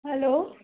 hello